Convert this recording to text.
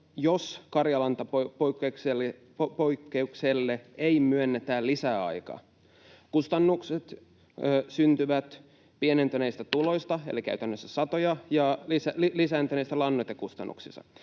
jos karjalantapoikkeukselle ei myönnetä lisäaikaa. Kustannukset syntyvät pienentyneistä tuloista, eli käytännössä sadoista, ja lisääntyneistä lannoitekustannuksista.